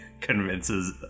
Convinces